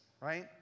right